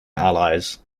allies